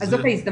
אז זו ההזדמנות.